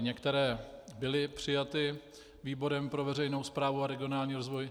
Některé byly přijaty výborem pro veřejnou správu a regionální rozvoj.